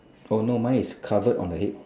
oh no mine is covered on the head